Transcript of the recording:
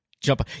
jump